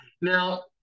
Now